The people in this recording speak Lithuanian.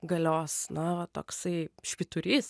galios na va toksai švyturys